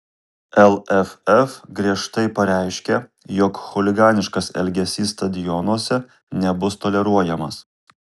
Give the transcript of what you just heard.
lff griežtai pareiškia jog chuliganiškas elgesys stadionuose nebus toleruojamas